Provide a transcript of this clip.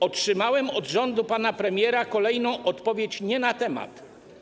Otrzymałem od rządu pana premiera kolejną odpowiedź nie na temat.